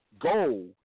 goal